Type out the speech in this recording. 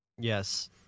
Yes